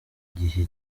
gihe